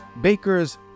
Baker's